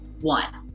one